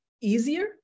easier